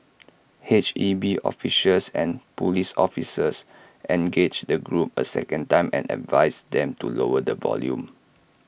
H E B officials and Police officers engaged the group A second time and advised them to lower the volume